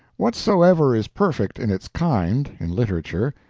whatsoever is perfect in its kind, in literature,